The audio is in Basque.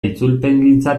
itzulpengintza